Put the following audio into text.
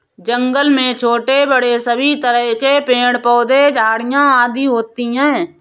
जंगल में छोटे बड़े सभी तरह के पेड़ पौधे झाड़ियां आदि होती हैं